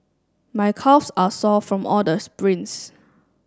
my calves are sore from all the sprints